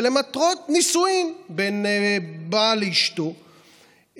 זה למטרות נישואין בין בעל לאשתו,